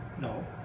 No